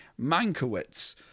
Mankiewicz